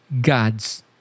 God's